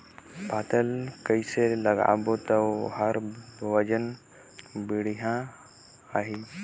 पातल कइसे लगाबो ता ओहार वजन बेडिया आही?